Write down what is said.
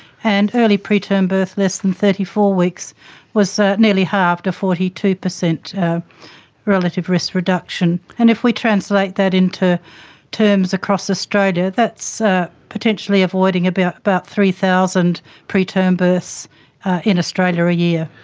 and early preterm birth less than thirty four weeks was nearly halved to forty two percent relative risk reduction. and if we translate that into terms across australia, that's ah potentially avoiding about about three thousand preterm births in australia a ah year.